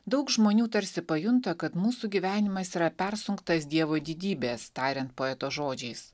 daug žmonių tarsi pajunta kad mūsų gyvenimas yra persunktas dievo didybės tariant poeto žodžiais